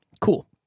Cool